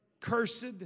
Cursed